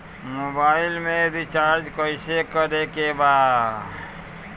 Mobile में recharge कइसे करे के बा?